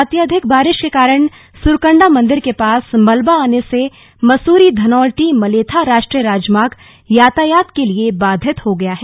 अत्यधिक बारिश के कारण सुरकन्डा मंदिर के पास मलबा आने से मसूरी धनोल्टी मलेथा राष्ट्रीय राजमार्ग यातायात के लिए बाधित हो गया है